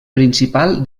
principal